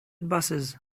buses